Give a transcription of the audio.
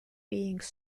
beings